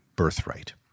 Birthright